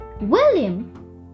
William